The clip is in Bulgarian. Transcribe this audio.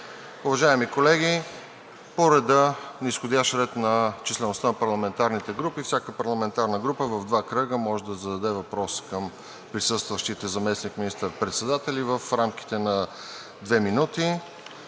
Уважаеми колеги, по низходящ ред на числеността на парламентарните групи всяка парламентарна група в два кръга може да зададе въпрос към присъстващите заместник министър-председатели в рамките на две минути,